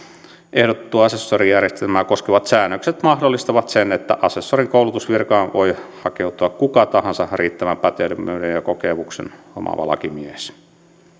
ehdotettua asessorijärjestelmää koskevat säännökset mahdollistavat sen että asessorin koulutusvirkaan voi hakeutua kuka tahansa riittävän pätevyyden ja kokemuksen omaava lakimies